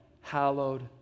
Hallowed